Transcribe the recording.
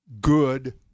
good